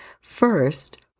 First